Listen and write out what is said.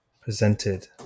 presented